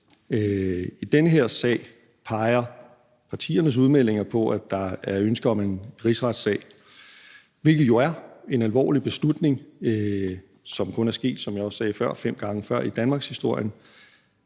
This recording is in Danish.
I den her sag peger partiernes udmeldinger på, at der er ønske om en rigsretssag, hvilket jo er en alvorlig beslutning, som kun er taget, som jeg også sagde før, fem gange tidligere i danmarkshistorien,